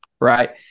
Right